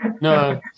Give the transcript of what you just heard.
No